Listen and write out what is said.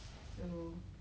ya lor